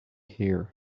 here